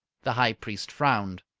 the high priest frowned.